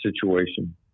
situation